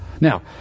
Now